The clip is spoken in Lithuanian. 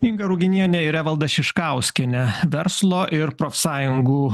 inga ruginienė ir evalda šiškauskienė verslo ir profsąjungų